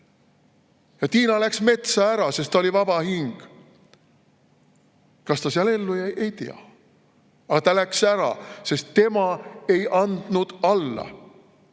Ja Tiina läks metsa ära, sest ta oli vaba hing. Kas ta seal ellu jäi? Ei tea. Aga ta läks ära, sest tema ei andnud alla. Mis